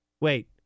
Wait